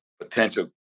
Potential